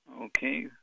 Okay